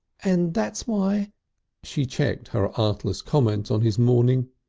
and that's why she checked her artless comment on his mourning.